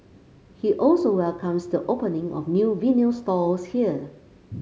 he also welcomes the opening of new vinyl stores here